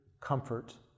comfort